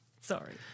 Sorry